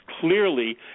clearly